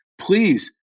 Please